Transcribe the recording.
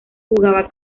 jugaba